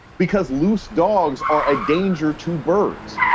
because loose dogs are a danger to birds.